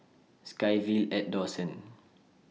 SkyVille At Dawson